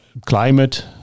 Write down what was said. Climate